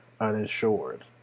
uninsured